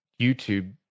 YouTube